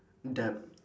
dab